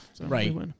Right